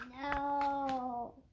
No